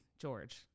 George